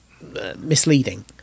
misleading